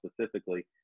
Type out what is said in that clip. specifically